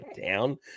down